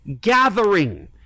gathering